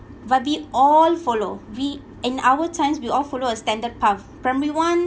but we all follow we in our times we all follow a standard path primary one